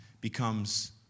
becomes